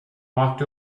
walked